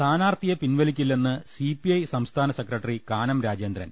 സ്ഥാനാർഥിയെ പിൻവലിക്കില്ലെന്ന് സിപിഐ സംസ്ഥാന സെക്രട്ടറി കാനം രാജേ ന്ദ്രൻ